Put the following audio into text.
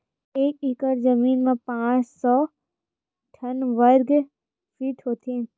एक एकड़ जमीन मा पांच सौ साठ वर्ग फीट होथे